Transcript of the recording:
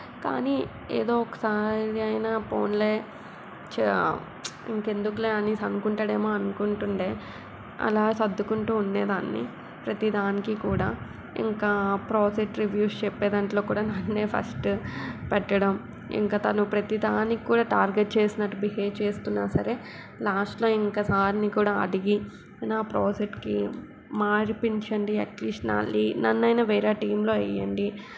కానీ ఏదో ఒకసారి అయినా పోనీలే చ ఇంకా ఎందుకులే అనేసి అనుకుంటాడేమో అనుకుంటూ ఉండే అలా సర్దుకుంటూ ఉండేదాన్ని ప్రతీ దానికి కూడా ఇంకా ప్రాజెక్ట్ రివ్యూస్ చెప్పేదాంట్లో కూడా నన్నే ఫస్ట్ పెట్టడం ఇంకా తను ప్రతీ దానికి కూడా టార్గెట్ చేసినట్టు బిహేవ్ చేస్తున్నా సరే లాస్ట్లో ఇంకా సార్ని కూడా అడిగి నా ప్రాజెక్ట్కి మార్పించండి అట్లీస్ట్ నా లీ నన్ను అయినా వేరే టీంలో వేయండి